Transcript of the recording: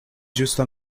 ĝusta